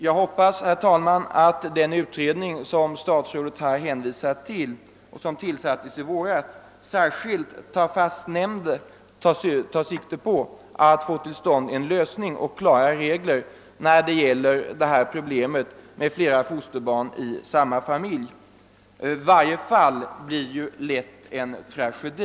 Jag hoppas, herr talman, att den utredning, som statsrådet här hänvisar till och som tillsattes i våras, särskilt tar sikte på att få till stånd klara regler i fråga om placering av flera fosterbarn i samma familj. Varje fall blir ju lätt en tragedi.